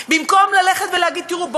במקום ללכת ולהגיד: תראו,